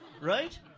right